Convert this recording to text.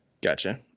Gotcha